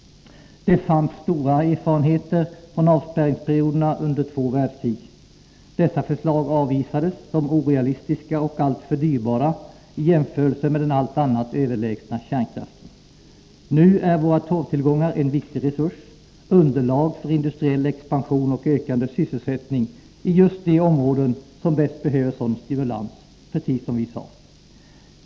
Det fanns stora erfarenheter från avspärrningsperioderna under två världskrig. Dessa förslag avvisades som orealistiska och alltför dyrbara i jämförelse med den allt annat överlägsna kärnkraften. Nu är våra torvtillgångar en viktig resurs, underlag för industriell expansion och ökande sysselsättning i just de områden som bäst behöver sådan stimulans, precis som vi sade.